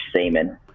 semen